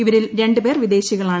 ഇവരിൽ രണ്ട് പേർ വിദേശികളാണ്